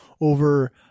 over